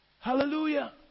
Hallelujah